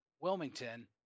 Wilmington